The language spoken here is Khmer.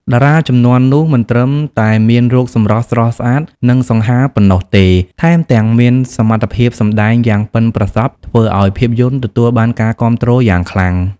តារាជំនាន់នោះមិនត្រឹមតែមានរូបសម្រស់ស្រស់ស្អាត និងសង្ហាប៉ុណ្ណោះទេ ថែមទាំងមានសមត្ថភាពសម្ដែងយ៉ាងប៉ិនប្រសប់ធ្វើឱ្យភាពយន្តទទួលបានការគាំទ្រយ៉ាងខ្លាំង។